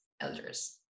elders